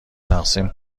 تقسیم